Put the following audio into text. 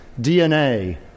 DNA